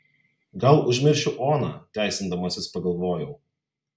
gal užmiršiu oną teisindamasis pagalvojau